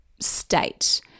state